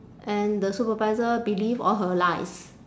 and the supervisor believe all her lies